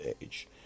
age